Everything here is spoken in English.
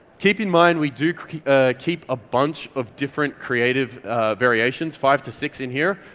keep in mind we do keep a bunch of different creative variations, five to six in here,